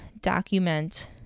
document